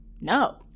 No